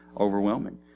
overwhelming